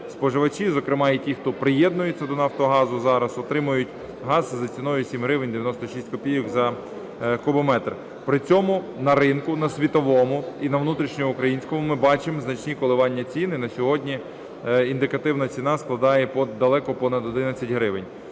споживачі, зокрема і ті, хто приєднується до "Нафтогазу" зараз, отримують газ за ціною 7 гривень 96 копійок за кубометр. При цьому на ринку на світовому і на внутрішньоукраїнському ми бачимо значні коливання цін. І на сьогодні індикативна ціна складає далеко понад 11 гривень.